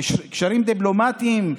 קשרים דיפלומטיים?